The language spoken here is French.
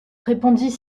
répondit